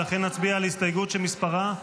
לכן נצביע על ההסתייגות שמספרה --- 4.